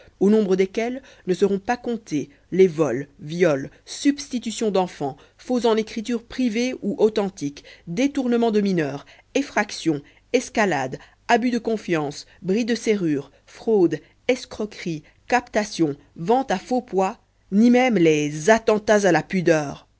au nombre desquelles ne seront pas comptés les vols viols substitutions d'enfants faux en écriture privée ou authentique détournements de mineures effractions escalades abus de confiance bris de serrures fraudes escroqueries captations vente à faux poids ni même les attentats à la pudeur